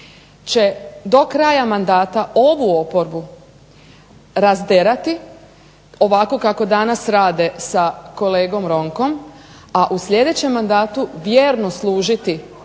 će do kraja mandata ovu oporbu razderati ovako kako danas rade sa kolegom Ronkom, a u sljedećem mandatu vjerno služiti